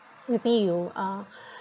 maybe you are